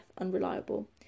unreliable